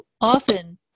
often